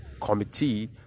committee